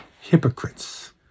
hypocrites